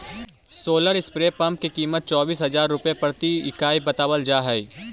solar spray pump की कीमत चौबीस हज़ार रुपए प्रति इकाई बतावल जा हई